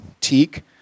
teak